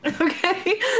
okay